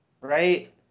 Right